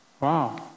Wow